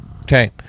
Okay